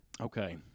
Okay